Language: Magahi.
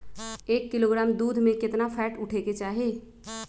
एक किलोग्राम दूध में केतना फैट उठे के चाही?